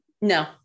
no